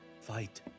Fight